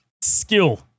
skill